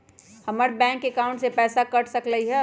हमर bank account से पैसा कट सकलइ ह?